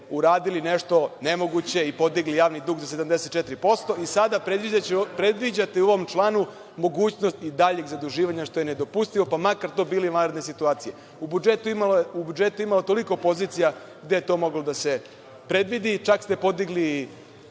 uradili nešto nemoguće i podigli javni dug za 74% i sada predviđate u ovom članu mogućnost i daljeg zaduživanja, što je nedopustivo, pa makar to bili i vanredne situacije. U budžetu je imalo toliko pozicija gde je to moglo da se predvidi, čak ste podigli